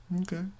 Okay